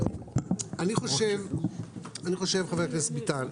אני חושב, חבר הכנסת ביטן,